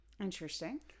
Interesting